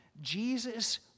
Jesus